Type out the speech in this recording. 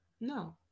No